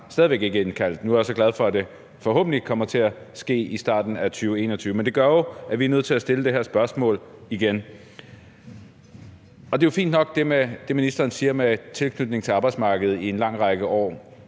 stadig væk ikke indkaldt os. Nu er jeg så glad for, at det forhåbentlig kommer til at ske i starten af 2021. Men det gør jo, at vi er nødt til at stille det her spørgsmål igen. Det, ministeren siger om tilknytning til arbejdsmarkedet i en lang række år,